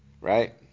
right